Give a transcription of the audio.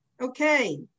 Okay